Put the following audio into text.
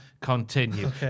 continue